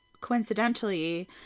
coincidentally